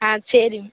ஆ சரி